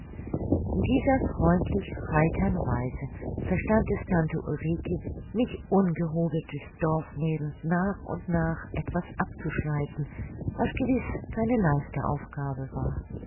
in dieser freundlich heitern weise verstand es tante ulrike mich ungehobeltes dorfmädel nach und nach etwas abzuschleifen was gewiß keine leichte aufgabe war